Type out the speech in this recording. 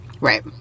right